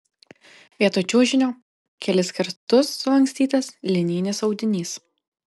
vietoj čiužinio kelis kartus sulankstytas lininis audinys